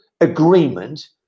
agreement